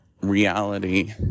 reality